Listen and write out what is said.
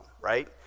right